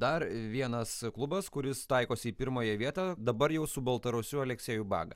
dar vienas klubas kuris taikosi į pirmąją vietą dabar jau su baltarusiu alekseju baga